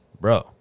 Bro